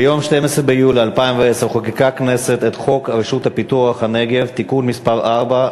ביום 12 ביולי 2010 חוקקה הכנסת את חוק רשות פיתוח הנגב (תיקון מס' 4),